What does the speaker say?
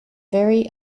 very